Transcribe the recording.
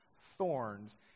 thorns